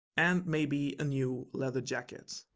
and maybe a new leather jacket.